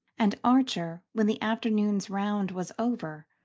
and archer, when the afternoon's round was over,